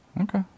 Okay